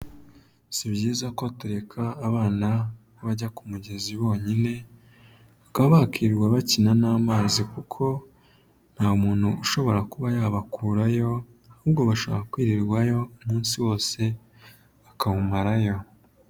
Si byiza ko tureka abana bajya ku mugezi bonyine, bakaba bakirirwa bakina n'amazi, kuko nta muntu ushobora kuba yabakurayo, ahubwo bashobora kwirirwayo umunsi wose bakawumarayo.